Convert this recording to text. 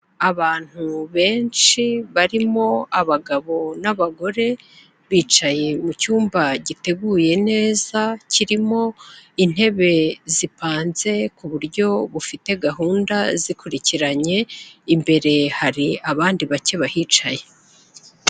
Abantu benshi barimo abagabo n'abagore, bicaye mu cyumba giteguye neza, kirimo intebe zipanze ku buryo bufite gahunda, zikurikiranye, imbere hari abandi bake bahicaye.